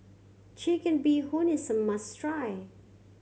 Chicken Bee Hoon is a must try